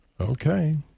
Okay